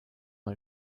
mal